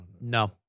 no